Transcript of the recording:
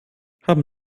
haben